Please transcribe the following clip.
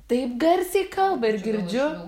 taip garsiai kalba ir girdžiu